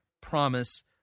promise